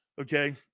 Okay